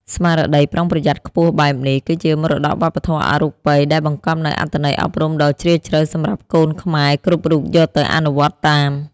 ស្មារតីប្រុងប្រយ័ត្នខ្ពស់បែបនេះ គឺជាមរតកវប្បធម៌អរូបីដែលបង្កប់នូវអត្ថន័យអប់រំដ៏ជ្រាលជ្រៅសម្រាប់កូនខ្មែរគ្រប់រូបយកទៅអនុវត្តតាម។